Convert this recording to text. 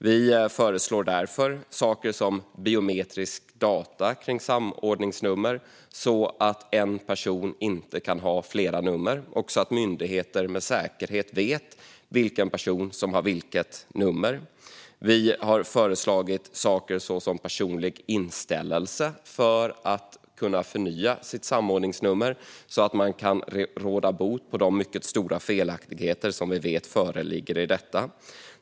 Vi föreslår därför sådant som biometriska data kring samordningsnummer, så att en person inte kan ha flera nummer och så att myndigheter med säkerhet vet vilken person som har vilket nummer. Vi har föreslagit saker som personlig inställelse för att kunna förnya sitt samordningsnummer så att man kan råda bot på de mycket stora felaktigheter som vi vet föreligger i detta.